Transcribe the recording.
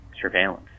surveillance